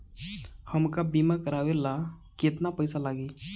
हमका बीमा करावे ला केतना पईसा लागी?